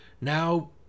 now